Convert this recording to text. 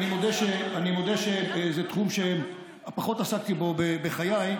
אני מודה שזה תחום שפחות עסקתי בו בחיי,